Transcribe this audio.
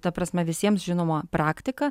ta prasme visiems žinoma praktika